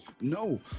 No